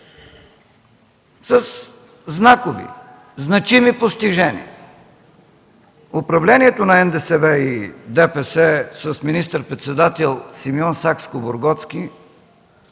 знакови, значими постижения. Управлението на НДСВ и ДПС с министър-председател Симеон Сакскобургготски